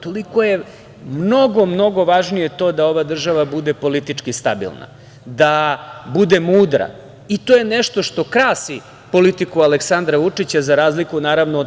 Toliko je mnogo, mnogo važnije to da ova država bude politički stabilna, da bude mudra i to je nešto što krasi politiku Aleksandra Vučića za razliku od